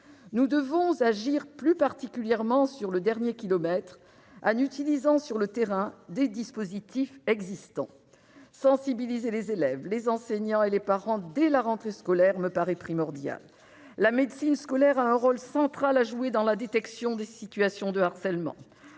Nous devons agir plus particulièrement sur « le dernier kilomètre », en utilisant sur le terrain des dispositifs existants. Sensibiliser les élèves, les enseignants et les parents dès la rentrée scolaire me paraît primordial. La médecine scolaire a un rôle central à jouer dans la détection des situations de harcèlement.